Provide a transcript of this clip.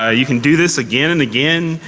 ah you can do this again and again,